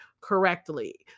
correctly